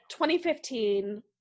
2015